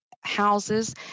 houses